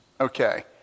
okay